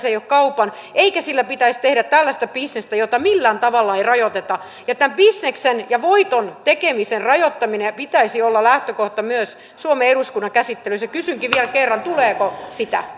ei ole kaupan eikä sillä pitäisi tehdä tällaista bisnestä jota millään tavalla ei rajoiteta tämän bisneksen ja voiton tekemisen rajoittamisen pitäisi olla lähtökohta myös suomen eduskunnan käsittelyssä kysynkin vielä kerran tuleeko sitä